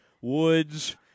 woods